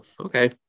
Okay